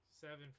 Seven